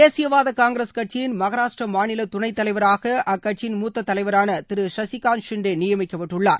தேசிய வாத காங்கிரஸ் கட்சியின் மகாராஷ்டிரா மாநில துணைத் தலைவராக அக்கட்சியின் முத்த தலைவரான திரு சஷிகாந்த் ஷிண்டே நியமிக்கப்பட்டுள்ளார்